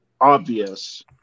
obvious